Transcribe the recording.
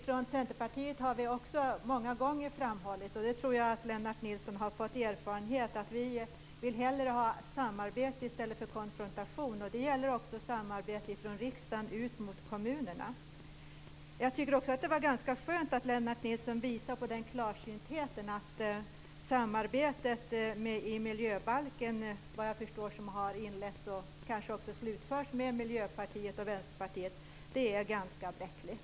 Vi i Centerpartiet har många gånger framhållit - och det har Lennart Nilsson fått erfara - att vi vill hellre ha samarbete än konfrontation. Det gäller också samarbete från riksdagens sida ut mot kommunerna. Det var också ganska skönt att Lennart Nilsson visade klarsynthet i fråga om att det samarbete om miljöbalken som har inletts, och kanske också slutförts, med Miljöpartiet och Vänsterpartiet är ganska bräckligt.